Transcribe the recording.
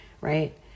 right